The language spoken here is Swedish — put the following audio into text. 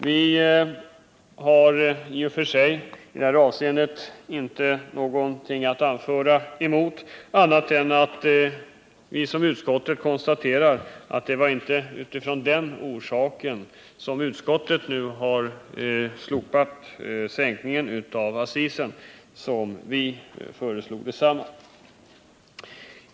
Vi har i och för sig inte någonting annat att invända i detta avseende än att vi, som utskottet konstaterar, inte gått emot en sänkning av accisen av samma skäl som de som utskottet anfört härför.